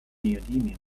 neodymium